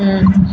हूँ